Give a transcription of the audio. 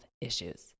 issues